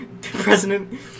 President